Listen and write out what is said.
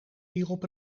hierop